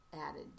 added